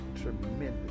tremendous